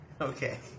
Okay